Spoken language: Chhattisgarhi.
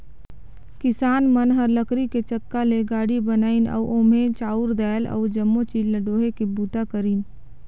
किसान मन ह लकरी के चक्का ले गाड़ी बनाइन अउ ओम्हे चाँउर दायल अउ जमो चीज ल डोहे के बूता करिन